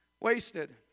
wasted